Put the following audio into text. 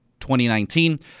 2019